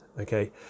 Okay